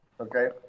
Okay